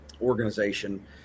organization